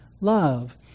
love